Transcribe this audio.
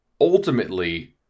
Ultimately